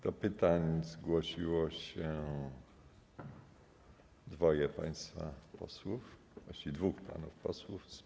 Do pytań zgłosiło się dwoje państwa posłów, właściwie dwóch panów posłów.